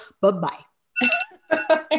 Bye-bye